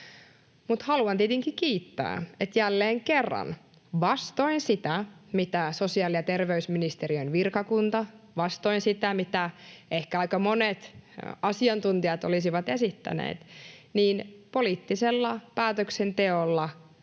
haluan tietenkin kiittää, että jälleen kerran — vastoin sitä, mitä sosiaali- ja terveysministeriön virkakunta, vastoin sitä, mitä ehkä aika monet asiantuntijat olisivat esittäneet — poliittisella päätöksenteolla